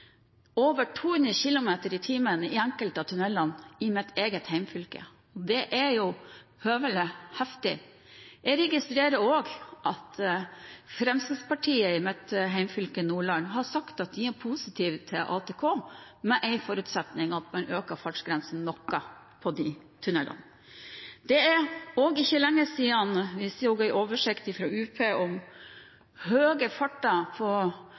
over 200 km/t i enkelte av tunnelene i mitt eget hjemfylke. Det er høvelig heftig. Jeg registrerer også at Fremskrittspartiet i mitt hjemfylke, Nordland, har sagt at de er positive til ATK under én forutsetning – at man øker fartsgrensen noe i de tunnelene. Det er heller ikke lenge siden vi så en oversikt fra UP om høy fart på